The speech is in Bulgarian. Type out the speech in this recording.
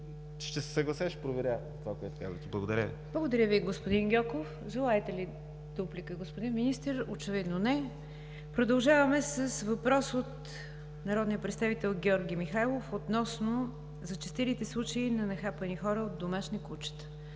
ще се съглася и ще проверя това, което казвате. Благодаря Ви. ПРЕДСЕДАТЕЛ НИГЯР ДЖАФЕР: Благодаря Ви, господин Гьоков. Желаете ли дуплика, господин Министър? Очевидно не. Продължаваме с въпрос от народния представител Георги Михайлов относно зачестилите случаи на нахапани хора от домашни кучета.